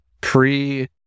pre